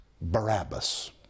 Barabbas